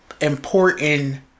important